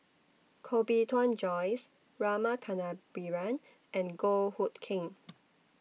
Koh Bee Tuan Joyce Rama Kannabiran and Goh Hood Keng